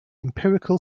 empirical